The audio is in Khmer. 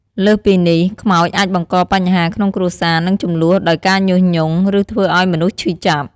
លើសពីនេះ ខ្មោចអាចបង្កបញ្ហាក្នុងគ្រួសារ និងជម្លោះដោយការញុះញង់ ឬធ្វើឱ្យមនុស្សឈឺចាប់។